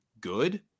good